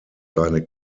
seine